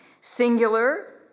Singular